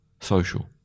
social